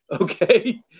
okay